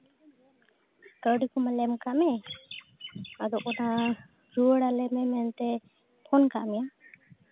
ᱠᱟᱹᱣᱰᱤ ᱠᱚᱢᱟᱞᱮ ᱮᱢ ᱠᱟᱫ ᱢᱮ ᱟᱫᱚ ᱚᱱᱟ ᱨᱩᱣᱟᱹᱲᱟᱞᱮ ᱢᱮ ᱢᱮᱱᱛᱮ ᱯᱷᱳᱱ ᱠᱟᱫ ᱢᱮᱭᱟ